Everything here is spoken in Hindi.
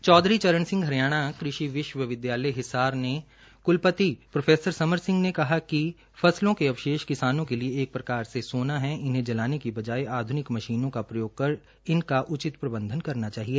और चौधरी चरण सिंह हरियाणा कृषि विश्वविद्यालय हिसार के कुलपति प्रोफेसर समर सिंह ने कहा कि फसलों के अवशेष किसानों के लिए एक प्रकार से सोना है जलाने की बजाय आध्निक मशीनों का प्रयोग कर इनका उचित प्रबंधन करना चाहिए